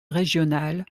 régional